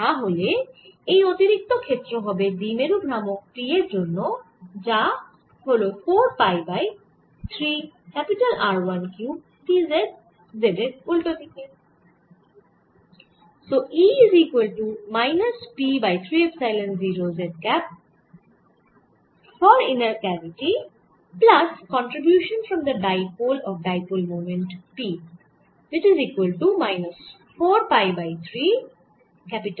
তাহলে এই অতিরিক্ত ক্ষেত্র হবে দ্বিমেরু ভ্রামক p এর জন্য যা হল 4 pi by 3 R 1 cube P z z এর উল্টো দিকে